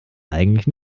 eigentlich